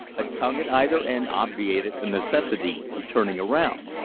a tongue at either end obviated the necessity of turning around.